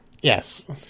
Yes